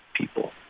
people